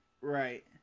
Right